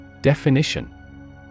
Definition